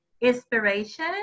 inspiration